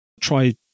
try